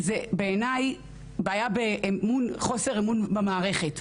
זו בעיניי בעיה של חוסר אמון במערכת.